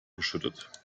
geschüttet